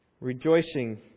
rejoicing